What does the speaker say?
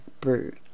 brew